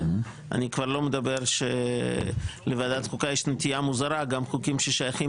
אני כבר לא מדבר על זה שלוועדת החוקה יש נטייה מוזרה שגם חוקים ששייכים